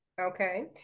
Okay